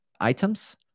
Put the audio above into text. items